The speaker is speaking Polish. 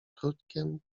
krótkiem